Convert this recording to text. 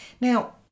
Now